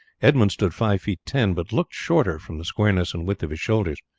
edmund stood five feet ten, but looked shorter from the squareness and width of his shoulders.